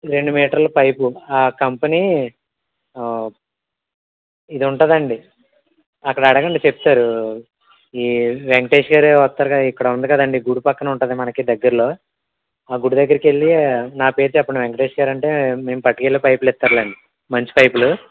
రెండు మీటర్లు పైపు ఆ కంపెనీ ఇది ఉంటుంది అండి అక్కడ అడగండి చెప్తారు ఈ వెంకటేష్ గారు వస్తారు ఇక్కడ ఉంది కదండి గుడి పక్కన ఉంటుంది మనకి దగ్గరలో ఆ గుడి దగ్గరకు వెళ్ళి నా పేరు చెప్పండి వెంకటేష్ గారు అంటే మేము పట్టుకు వెళ్ళే పైపులు ఇస్తారు లేండి మంచి పైపులు